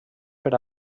per